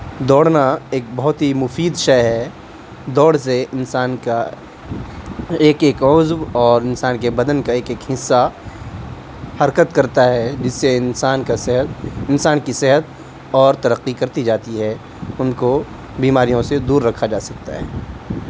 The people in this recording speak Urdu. دوڑنا ایک بہت ہی مفید شے ہے دوڑ سے انسان کا ایک ایک عضو اور انسان کے بدن کا ایک ایک حصہ حرکت کرتا ہے جس سے انسان کا صحت انسان کی صحت اور ترقی کرتی جاتی ہے ان کو بیماریوں سے دور رکھا جا سکتا ہے